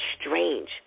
strange